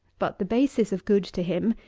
but, the basis of good to him,